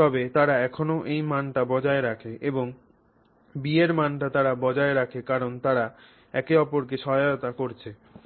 তবে তারা এখনও এই মানটি বজায় রাখে এবং B এর মানটি তারা বজায় রাখে কারণ তারা একে অপরকে সহায়তা করছে